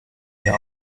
hier